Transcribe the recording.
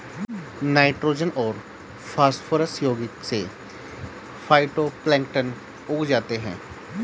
nitrogen और phosphorus यौगिक से फाइटोप्लैंक्टन उग जाते है